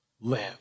live